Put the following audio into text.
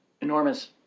enormous